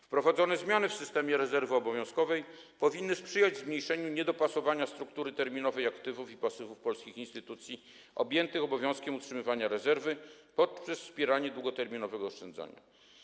Wprowadzone zmiany w systemie rezerwy obowiązkowej powinny sprzyjać zmniejszeniu niedopasowania struktury terminowej aktywów i pasywów polskich instytucji objętych obowiązkiem utrzymywania rezerwy poprzez wspieranie długoterminowego oszczędzania.